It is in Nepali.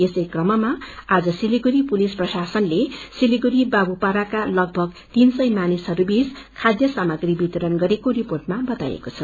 यसैक्रममा आज सिलीगुड़भ पुलिस प्रशासनले सिलगड़ी बाबुपाड़ामा लगभग तीन सय मानिसहरूबीच खाध्य सामग्री वितरण गरेको रिर्पोटमा बताईएको छ